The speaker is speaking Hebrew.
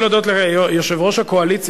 אני רוצה להודות ליושב-ראש הקואליציה,